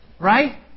right